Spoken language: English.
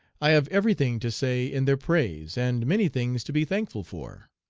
i have every thing to say in their praise, and many things to be thankful for.